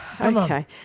Okay